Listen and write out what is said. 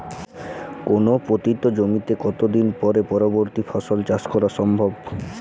কোনো পতিত জমিতে কত দিন পরে পরবর্তী ফসল চাষ করা সম্ভব?